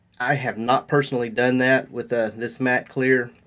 i have not personally done that with ah this matte clear.